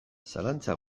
zalantza